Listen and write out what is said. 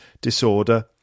disorder